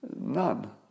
None